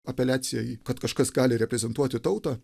apeliacija į kad kažkas gali reprezentuoti tautą